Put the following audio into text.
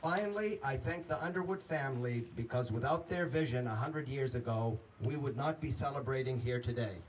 only i think the underwood family because without their vision one hundred years ago we would not be celebrating here today